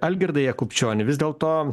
algirdai jakubčioni vis dėlto